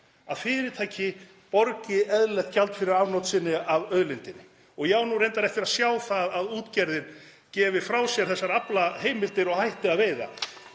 að fyrirtæki borgi eðlilegt gjald fyrir afnot sín af auðlindinni. Ég á nú reyndar eftir að sjá það að útgerðin (Forseti hringir.) gefi frá sér þessar aflaheimildir og hætti að veiða.